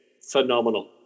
Phenomenal